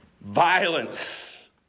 violence